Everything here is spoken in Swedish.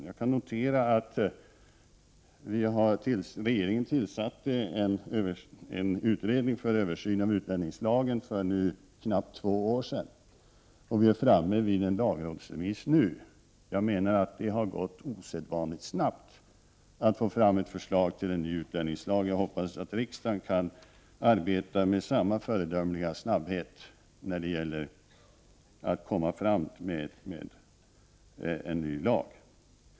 Jag vill då säga att regeringen för knappt två år sedan tillsatte en utredning för översyn av utlänningslagen. Nu har man kommit så långt att utredningens förslag är föremål för lagrådsremiss. Det har alltså gått osedvanligt snabbt att få fram ett förslag till en ny utlänningslag. Jag hoppas att riksdagen kan arbeta med samma föredömliga snabbhet då det gäller att utarbeta en ny lag.